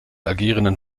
agierenden